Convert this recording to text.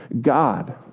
God